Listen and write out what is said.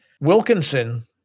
Wilkinson